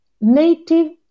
native